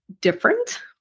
different